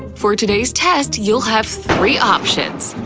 for today's test, you'll have three options,